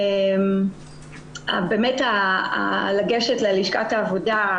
באמת לגשת ללשכת העבודה,